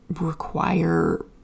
require